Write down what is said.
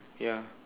ya